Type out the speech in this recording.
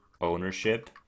ownership